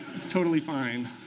it's totally fine.